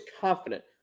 confident